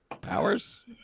powers